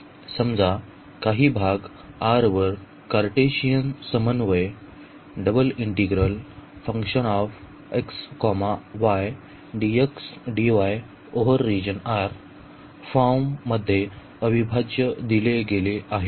समजा काही भाग r वर कार्टेशियन समन्वय फॉर्म मध्ये अविभाज्य दिले गेले आहे